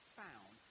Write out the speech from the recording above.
found